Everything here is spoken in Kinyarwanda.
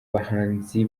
bahanzi